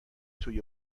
توی